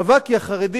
קבע כי החרדים